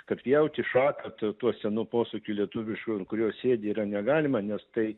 kad pjauti šaką t tuo senu posakiu lietuvišku an kurios sėdi yra negalima nes tai